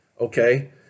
okay